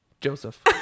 Joseph